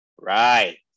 Right